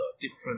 different